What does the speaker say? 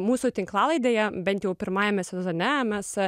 mūsų tinklalaidėje bent jau pirmajame sezone mes